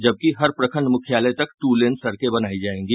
जबकि हर प्रखण्ड मुख्यालय तक दूलेन सड़क बनायी जायेगी